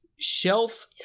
Shelf